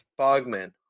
Bogman